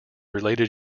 related